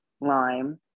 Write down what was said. lime